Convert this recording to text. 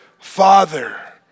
Father